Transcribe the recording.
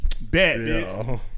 Bet